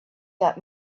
that